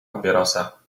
papierosa